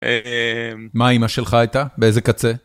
אה... מה אימא שלך הייתה? באיזה קצה?